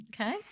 Okay